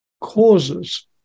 causes